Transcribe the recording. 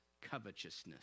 covetousness